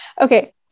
okay